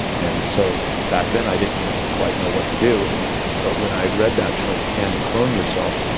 and so back then i didn't quite know what to do, and but when i read that term, can and clone yourself,